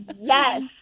yes